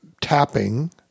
tapping